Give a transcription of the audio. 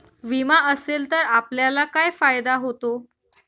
विमा असेल तर आपल्याला काय फायदा होतो?